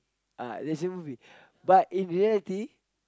uh that's the movie but in reality